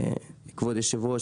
כבוד יושב הראש,